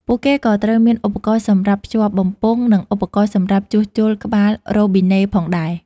ពួកគេក៏ត្រូវមាន ឧបករណ៍សម្រាប់ភ្ជាប់បំពង់ និង ឧបករណ៍សម្រាប់ជួសជុលក្បាលរ៉ូប៊ីណេ ផងដែរ។